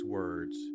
words